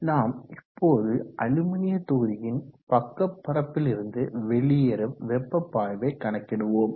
நாம் இப்போது அலுமினிய தொகுதியின் பக்க பரப்பிலிருந்து வெளியேறும் வெப்ப பாய்வை கணக்கிடுவோம்